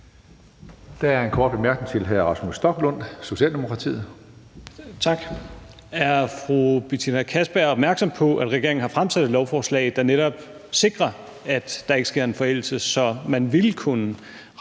Der er en kort bemærkning til hr. Rasmus Stoklund, Socialdemokratiet. Kl. 16:38 Rasmus Stoklund (S): Tak. Er fru Betina Kastbjerg opmærksom på, at regeringen har fremsat et lovforslag, der netop sikrer, at der ikke sker en forældelse, så man ville kunne rejse